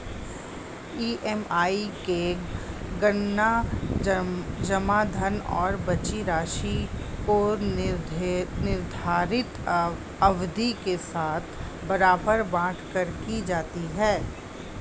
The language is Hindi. ई.एम.आई की गणना जमा धन और बची राशि को निर्धारित अवधि के साथ बराबर बाँट कर की जाती है